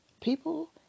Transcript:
People